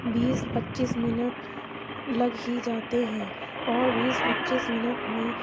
بیس پچیس منٹ لگ ہی جاتے ہیں اور بیس پچیس منٹ میں